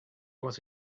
was